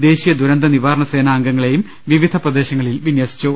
ദേശീയ ദുരന്ത നിവാരണ സേനാ അംഗ ങ്ങളെയും വിവിധ പ്രദേശങ്ങളിൽ വിന്യസിച്ചു